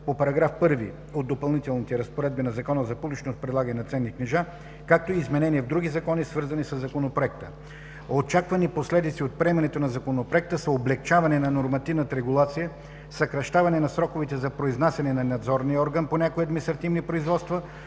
по § 1д от Допълнителните разпоредби на Закона за публичното предлагане на ценни книжа, както и изменения в други закони, свързани със Законопроекта. Очаквани последици от приемането на Законопроекта са облекчаване на нормативната регулация, съкращаване на сроковете за произнасяне на надзорния орган по някои административни производства,